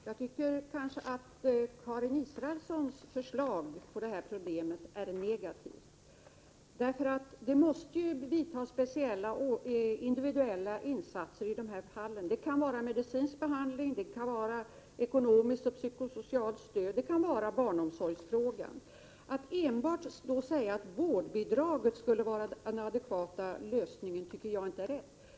Fru talman! Jag tycker att Karin Israelssons förslag till lösning av detta problem är negativt. Det måste nämligen göras individuella insatser i detta fall — det kan vara fråga om medicinsk behandling, ekonomiskt och psykosocialt stöd och barnomsorg. Att säga att enbart vårdbidraget skulle vara den adekvata lösningen anser jag inte vara riktigt.